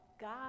God